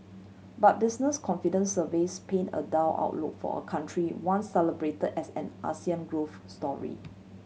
but business confidence surveys paint a dull outlook for a country once celebrated as an growth story